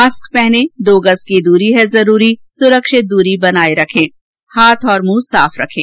mask पहनें दो गज़ की दूरी है जरूरी सुरक्षित दूरी बनाए रखें हाथ और मुंह साफ रखें